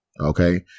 okay